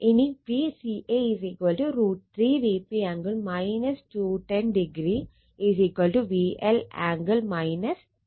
ഇനി Vca √ 3 Vp angle 210o VL angle 210o